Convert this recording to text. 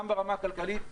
גם ברמה הכלכלית,